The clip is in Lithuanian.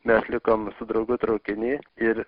mes likom su draugu traukiny ir